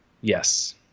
yes